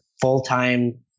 full-time